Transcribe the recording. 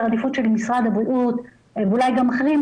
העדיפות של משרד הבריאות ואולי גם אחרים,